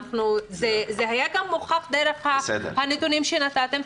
זה גם הוכח דרך הנתונים שנתתם.